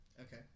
okay